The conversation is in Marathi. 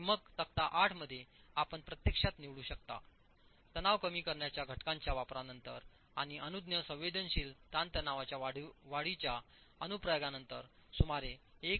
आणि मग तक्ता 8 मध्ये आपण प्रत्यक्षात निवडू शकता तणाव कमी करण्याच्या घटकांच्या वापरानंतर आणि अनुज्ञेय संवेदनशील ताणतणावाच्या वाढीच्या अनुप्रयोगानंतर सुमारे 1